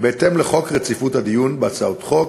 בהתאם לחוק רציפות הדיון בהצעות חוק,